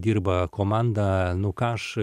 dirba komanda nu ką aš